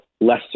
less